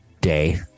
day